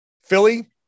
Philly